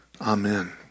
Amen